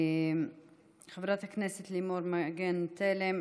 חברת הכנסת לימור מגן תלם,